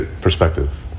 perspective